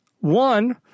One